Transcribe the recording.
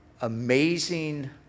amazing